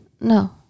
No